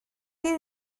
did